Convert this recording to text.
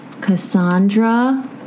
Cassandra